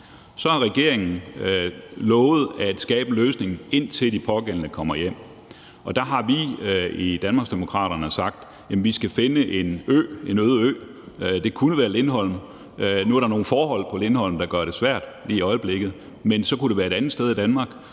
Så har regeringen lovet at skabe en løsning, indtil de pågældende kommer hjem, og der har Danmarksdemokraterne sagt, at vi skal finde en øde ø – det kunne være Lindholm; nu er der nogle forhold på Lindholm, der gør det svært lige i øjeblikket, men så kunne det være et andet sted i Danmark